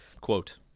Quote